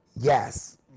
yes